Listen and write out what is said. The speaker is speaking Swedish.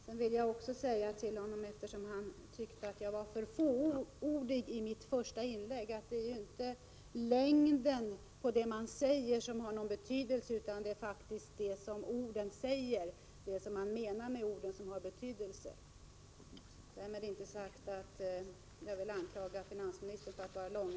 Jag vill också säga till honom, eftersom han tyckte att jag var alltför fåordig i mitt första inlägg, att det ju inte är längden på det sagda utan vad man menar med orden som har betydelse — därmed vill jag inte anklaga finansministern för att vara långrandig.